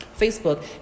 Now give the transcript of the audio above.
Facebook